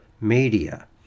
media